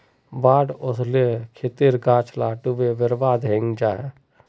बाढ़ ओस्ले खेतेर गाछ ला डूबे बर्बाद हैनं जाहा